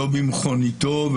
שלא במכוניתו,